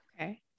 Okay